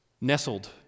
nestled